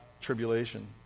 tribulation